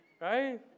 Right